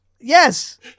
Yes